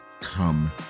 come